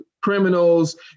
criminals